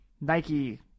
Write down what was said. Nike